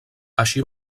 així